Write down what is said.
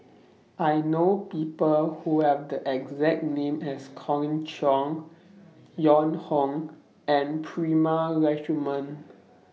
I know People Who Have The exact name as Colin Cheong Joan Hon and Prema Letchumanan